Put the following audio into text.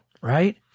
right